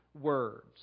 words